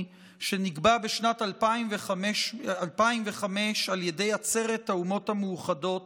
שנקבע בשנת 2005 על ידי עצרת האומות המאוחדות